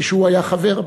כשהוא היה חבר בה.